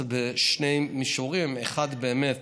זה בשני מישורים: האחד באמת